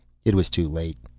it was too late.